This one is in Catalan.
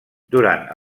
durant